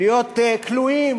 להיות כלואים,